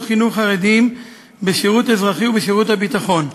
חינוך חרדיים בשירות אזרחי ובשירות הביטחון,